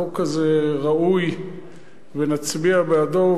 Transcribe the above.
החוק הזה ראוי ונצביע בעדו,